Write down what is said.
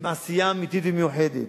עם עשייה אמיתית ומיוחדת.